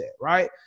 right